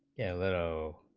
yeah little